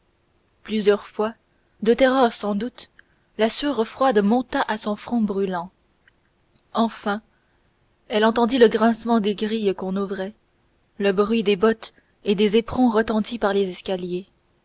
plusieurs fois de terreur sans doute la sueur monta froide à son front brûlant enfin elle entendit le grincement des grilles qu'on ouvrait le bruit des bottes et des éperons retentit par les escaliers